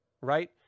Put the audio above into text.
Right